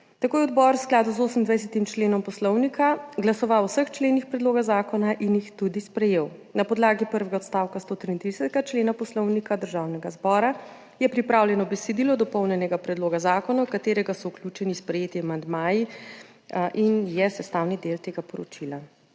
Tako je odbor v skladu z 28. členom Poslovnika glasoval o vseh členih predloga zakona in jih tudi sprejel. Na podlagi prvega odstavka 133. člena Poslovnika Državnega zbora je pripravljeno besedilo dopolnjenega predloga zakona, v katerega so vključeni sprejeti amandmaji, in je sestavni del tega poročila.